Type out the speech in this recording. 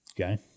Okay